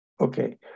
Okay